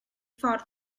ffordd